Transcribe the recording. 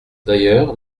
d’ailleurs